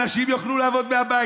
אנשים יוכלו לעבוד מהבית.